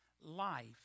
life